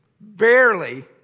Barely